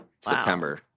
September